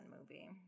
movie